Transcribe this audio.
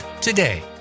today